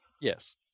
yes